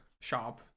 shop